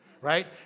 Right